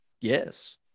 Yes